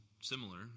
similar